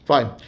Fine